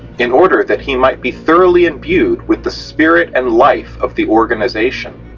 in order that he might be thoroughly imbued with the spirit and life of the organization.